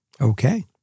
Okay